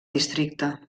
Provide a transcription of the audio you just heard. districte